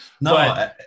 No